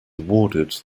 awarded